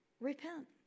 repent